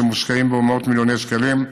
שמושקעים בו מאות מיליוני שקלים,